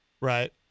Right